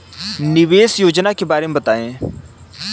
निवेश योजना के बारे में बताएँ?